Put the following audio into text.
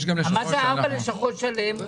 יש אצלנו מנהלים שזה התפקיד שלהם,